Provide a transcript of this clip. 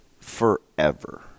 forever